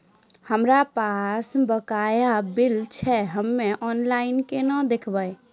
हमरा पास बकाया बिल छै हम्मे ऑनलाइन केना देखबै?